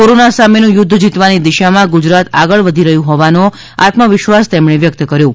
corona સામેનું યુદ્ધ જીતવાની દિશામાં ગુજરાત આગળ વધી રહ્યુંહોવાનો આત્મવિશ્વાસ તેમણે વ્યક્ત કર્યો છે